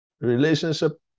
Relationship